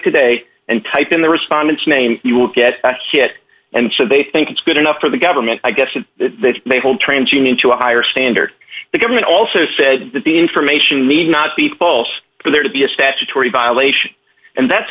today and type in the respondents name you will get hit and so they think it's good enough for the government i guess that they may hold trans union to a higher standard the government also said that the information need not be false for there to be a statutory violation and that's